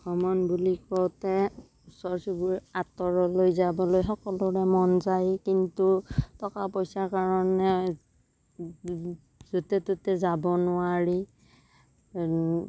ভ্ৰমণ বুলি কওঁতে ওচৰ চুবুৰীয়া আঁতৰলৈ যাবলৈ সকলোৰে মন যায় কিন্তু টকা পইচাৰ কাৰণে য'তে ত'তে যাব নোৱাৰি